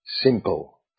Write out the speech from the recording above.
simple